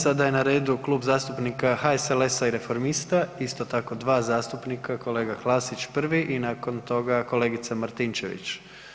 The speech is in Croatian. Sada je na redu Klub zastupnika HSLS-a i Reformista, isto tako dva zastupnika, kolega Klasić prvi i nakon toga kolegica Martinčević.